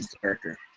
character